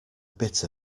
bit